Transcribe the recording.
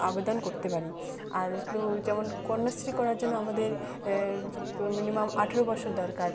আবেদন করতে পারি আর হলো যেমন কন্যাশ্রী করার জন্য আমাদের মিনিমাম আঠেরো বছর দরকার